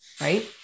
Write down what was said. Right